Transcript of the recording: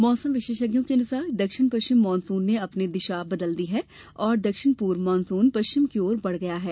मौसम विशेषज्ञों के अनुसार दक्षिण पश्चिम मानसून ने अपनी दिशा बदल दी है और दक्षिण पूर्व मानसून पश्चिम की ओर बेढ़ गया है